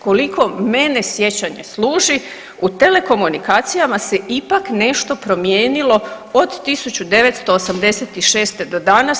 Koliko mene sjećanje služi u telekomunikacijama se ipak nešto promijenilo od 1986. do dana.